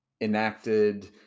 enacted